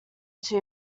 too